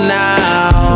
now